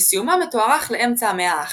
וסיומה מתוארך לאמצע המאה ה-11.